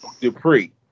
Dupree